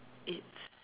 it's